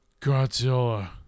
Godzilla